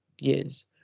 years